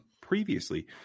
previously